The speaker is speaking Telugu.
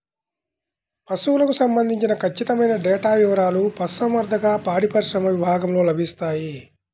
పశువులకు సంబంధించిన ఖచ్చితమైన డేటా వివారాలు పశుసంవర్ధక, పాడిపరిశ్రమ విభాగంలో లభిస్తాయి